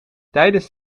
tijdens